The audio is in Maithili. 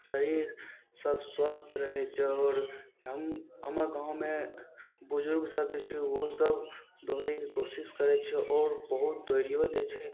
शरीर सब स्वस्थ रहय छै आओर हम हमर गाँवमे बुजुर्ग सब जे छै उहो सब दौड़यके कोशिश करय छै आओर बहुत दौड़ियो लै छै